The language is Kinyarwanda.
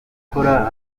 gukora